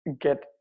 get